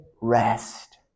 rest